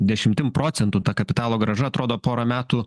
dešimtim procentų ta kapitalo grąža atrodo porą metų